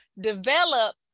develop